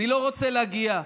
אני לא רוצה להגיע,